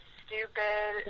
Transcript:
stupid